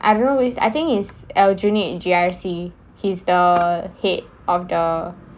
I don't know which I think is aljunied G_R_C he's the head of the